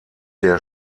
der